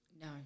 No